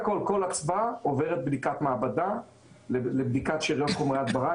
כל אצווה עוברת בדיקת מעבדה לבדיקת שאריות חומרי הדברה